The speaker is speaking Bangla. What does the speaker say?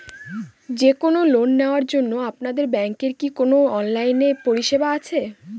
যে কোন লোন নেওয়ার জন্য আপনাদের ব্যাঙ্কের কি কোন অনলাইনে পরিষেবা আছে?